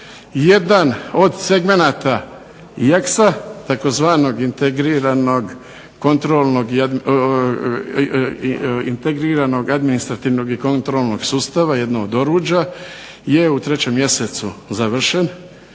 jedan od segmenata IAKS-a tzv. integriranog administrativnog i kontrolnog sustava, jedno od oruđa je u 3. mjesecu završen